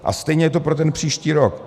A stejně je to pro ten příští rok.